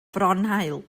fronhaul